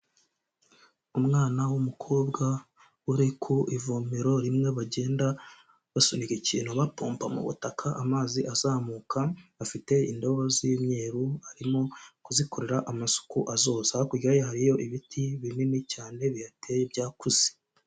Umwana w'umukobwa uri ku ivomero rimwe bagenda basunika ikintu bapomba mu butaka amazi azamuka afite indobo z'imyeru, arimo kuzikorera amasuka azosa hakurya ye hariyo ibiti binini cyane bihateye byakuze.